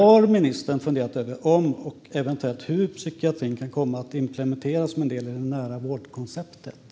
Har ministern funderat över om och hur psykiatrin eventuellt kan komma att implementeras som en del i det nära vårdkonceptet?